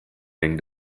being